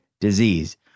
disease